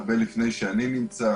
הרבה לפני שאני נמצא